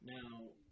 Now